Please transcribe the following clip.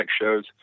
shows